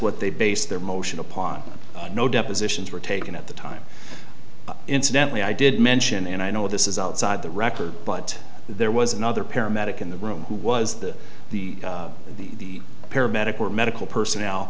what they base their motion upon no depositions were taken at the time incidentally i did mention and i know this is outside the record but there was another paramedic in the room who was the the the paramedic or medical personnel